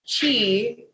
chi